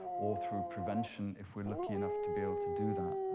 or through prevention, if we're lucky enough to be able to do that.